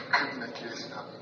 kaip nekeista